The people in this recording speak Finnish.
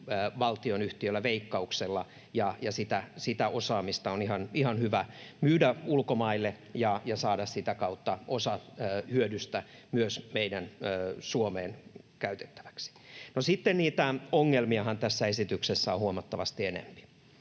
valtionyhtiöillä, Veikkauksella, ja sitä osaamista on ihan hyvä myydä ulkomaille ja saada sitä kautta osa hyödystä myös meille Suomeen käytettäväksi. No sitten niitä ongelmiahan tässä esityksessä on huomattavasti enempi: